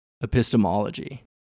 epistemology